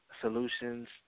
solutions